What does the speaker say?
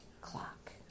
clock